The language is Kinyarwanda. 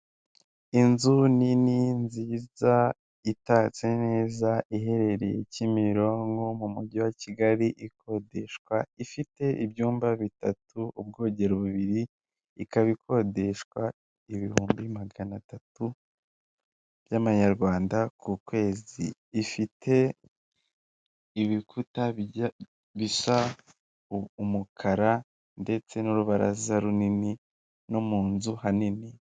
Inzu nini nziza itatse neza iherereye Kimironko mu mujyi wa Kigali ikodeshwa ifite ibyumba bitatu ubwogero bubiri, ikaba ikodeshwa ibihumbi maganatatu by'Amanyarwanda ku kwezi ifite ibikuta bisa umukara ndetse n'urubaraza runini no mu nzu hanini.